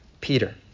Peter